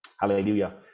Hallelujah